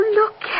look